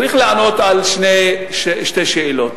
צריך לענות על שתי שאלות,